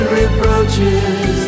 reproaches